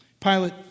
Pilate